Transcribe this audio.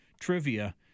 trivia